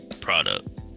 Product